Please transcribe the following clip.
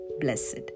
blessed